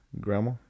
Grandma